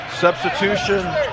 Substitution